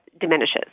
diminishes